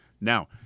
Now